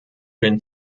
den